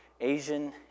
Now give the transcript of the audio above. Asian